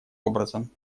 образом